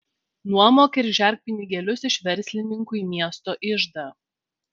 nuomok ir žerk pinigėlius iš verslininkų į miesto iždą